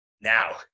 now